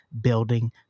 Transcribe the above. building